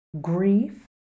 grief